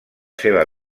seva